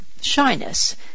shyness